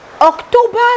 october